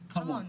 המון.